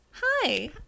hi